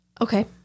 Okay